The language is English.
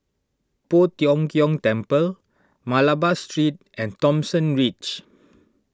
Poh Tiong Kiong Temple Malabar Street and Thomson Ridge